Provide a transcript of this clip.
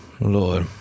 Lord